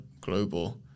global